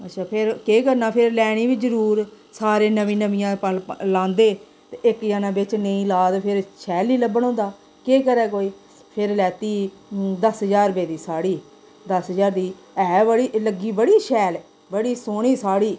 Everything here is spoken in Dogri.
अच्छा फिर केह् करना फिर लैनी बी जरूर सारे नमियां नमियां लांदे ते इक जना बिच्च नेईं ला ते फिर शैल नी लब्भन होंदा केह् करै कोई फिर लैती दस ज्हार रपेऽ दी साढ़ी दस ज्हार दी ऐ बड़ी लग्गी बड़ी शैल बड़ी सोह्नी साड़ी